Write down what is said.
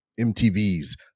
MTV's